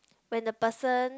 when the person